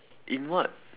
in what